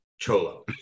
Cholo